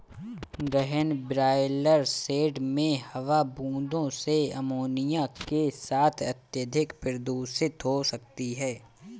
गहन broiler shed में हवा बूंदों से अमोनिया के साथ अत्यधिक प्रदूषित हो सकती है